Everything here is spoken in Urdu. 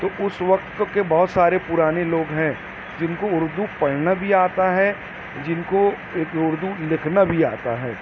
تو اس وقت کے بہت سارے پرانے لوگ ہیں جن کو اردو پڑھنا بھی آتا ہے جن کو اردو لکھنا بھی آتا ہے